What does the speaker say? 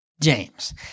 james